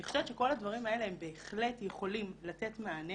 אני חושבת שכל הדברים האלה הם בהחלט יכולים לתת מענה